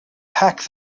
packed